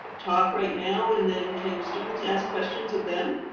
ah talk right now and then can students ask questions of them?